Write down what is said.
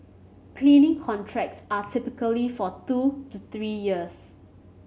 cleaning contracts are typically for two to three years